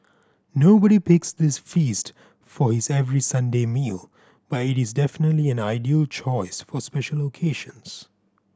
nobody picks this feast for his every Sunday meal but it is definitely an ideal choice for special occasions